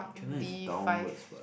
Canon is downwards what